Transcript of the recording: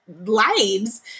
lives